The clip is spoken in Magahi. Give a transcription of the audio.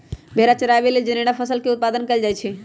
भेड़ा चराबे लेल जनेरा फसल के उत्पादन कएल जाए छै